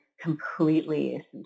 completely